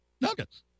Nuggets